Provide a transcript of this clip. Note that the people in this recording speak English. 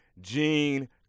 Gene